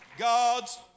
God's